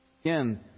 Again